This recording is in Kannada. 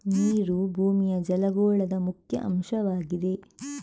ನೀರು ಭೂಮಿಯ ಜಲಗೋಳದ ಮುಖ್ಯ ಅಂಶವಾಗಿದೆ